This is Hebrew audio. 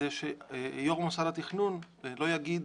שיו"ר מוסד התכנון לא יגיד: